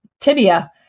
tibia